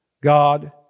God